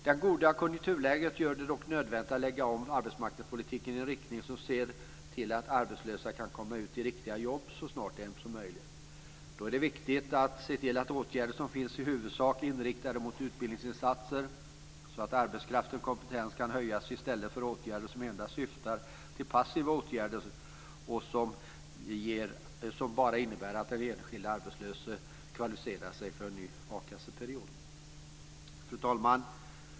Det goda konjunkturläget gör det dock nödvändigt att lägga om arbetsmarknadspolitiken i riktning mot att arbetslösa kan få riktiga jobb så snart som möjligt. Då är det viktigt att det finns åtgärder som i huvudsak är inriktade mot utbildningsinsatser så att arbetskraftens kompetens kan höjas i stället för passiva åtgärder som bara innebär att den enskilda arbetslösa kvalificerar sig för en ny a-kasseperiod. Fru talman!